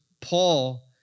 Paul